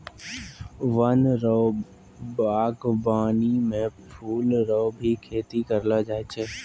वन रो वागबानी मे फूल रो भी खेती करलो जाय छै